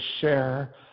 share